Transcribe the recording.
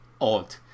odd